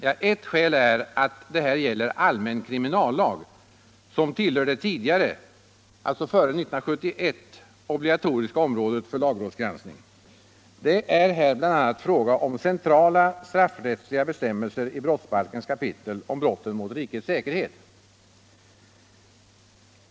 Ja, ett skäl är att det här gäller allmän kriminallag, som tillhör det tidigare — före 1971 — obligatoriska området för lagrådsgranskning. Det är här bl.a. fråga om centrala straffrättsliga bestämmelser i brottsbalkens kapitel om brotten mot riket säkerhet.